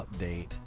update